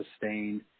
sustained